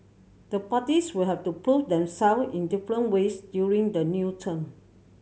the parties will have to prove themself in different ways during the new term